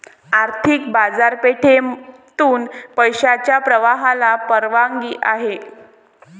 आर्थिक बाजारपेठेतून पैशाच्या प्रवाहाला परवानगी आहे